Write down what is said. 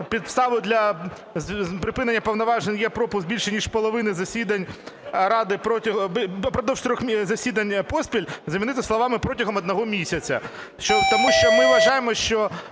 підставою для припинення повноважень є пропуск більше ніж половини засідань ради протягом… "упродовж трьох засідань поспіль" замінити словами "протягом одного місяця". Тому що ми вважаємо, що